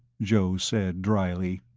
joe said dryly.